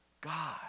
God